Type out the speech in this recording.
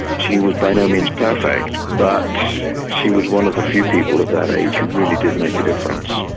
she was by no means perfect but she was one of the few people of that age who really did make a difference.